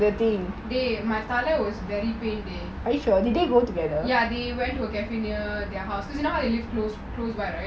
eh my father was very pain eh ya but they went who cafe near their house cause you know how they live close by right